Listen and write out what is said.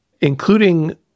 including